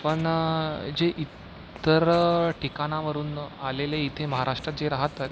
पण जे इतर ठिकाणावरून आलेले इथे महाराष्ट्रात जे राहतात